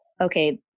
okay